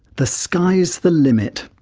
the sky's the limit,